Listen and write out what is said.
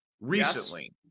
recently